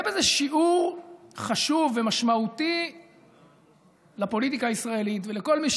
יהיה בזה שיעור חשוב ומשמעותי לפוליטיקה הישראלית ולכל מי